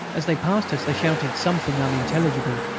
as they passed us they shouted something unintelligible,